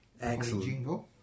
Excellent